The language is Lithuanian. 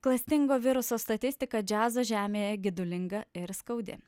klastingo viruso statistika džiazo žemėje gedulinga ir skaudi